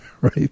right